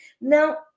Now